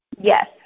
Yes